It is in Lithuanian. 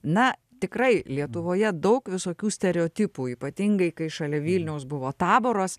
na tikrai lietuvoje daug visokių stereotipų ypatingai kai šalia vilniaus buvo taboras